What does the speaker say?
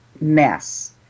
mess